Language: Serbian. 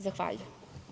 Zahvaljujem.